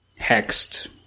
Hexed